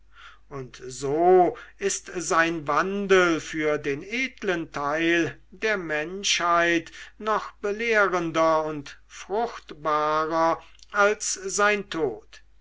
und so ist sein wandel für den edlen teil der menschheit noch belehrender und fruchtbarer als sein tod